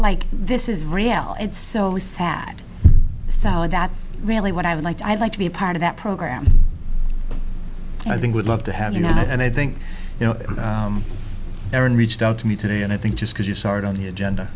like this is real it's so sad so that's really what i would like to i'd like to be a part of that program i think would love to have you know i think you know aaron reached out to me today and i think just because you start on the agenda